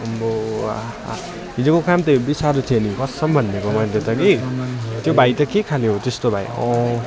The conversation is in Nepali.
आम्बो हाहा हिजोको काम त हेब्बी साह्रो थियो नि कसम भन्देको मैले त कि त्यो भाइ त के खाले हो त्यस्तो भाइ